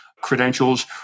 credentials